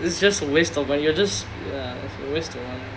it's just waste of but you're just ya it's a waste of money